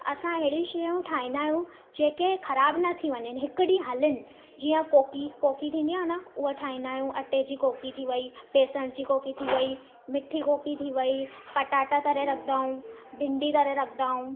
असां अहिड़ी शयूं ठाहींदा आहियूं जेके ख़राबु न थी वञनि हिकु ॾींहुं हलनि जीअं कोकी कोकी थींदी आहे न उहा ठाहींदा आहियूं अटे जी कोकी थी वई बेसण जी कोकी थी वई मिठी कोकी थी वई पटाटा तरे रखंदा आहियूं भिंडी तरे रखंदा आहियूं